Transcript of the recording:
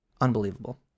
Unbelievable